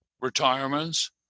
retirements